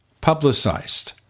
publicized